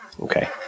Okay